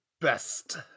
best